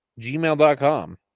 Gmail.com